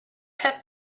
have